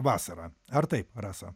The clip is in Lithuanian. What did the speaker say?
vasarą ar taip rasa